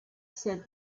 said